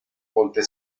ponte